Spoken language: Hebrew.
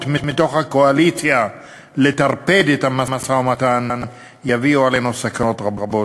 מתוך הקואליציה לטרפד את המשא-ומתן יביאו עלינו סכנות רבות.